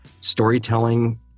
storytelling